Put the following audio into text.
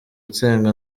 nsenga